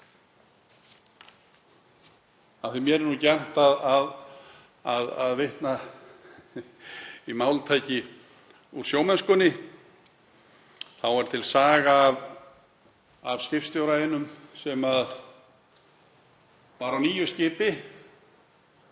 að mér er gjarnt að vitna í máltæki úr sjómennskunni þá er til saga af skipstjóra einum sem var á nýju skipi